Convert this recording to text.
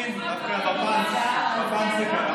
זה כבר נוהל של הקואליציה.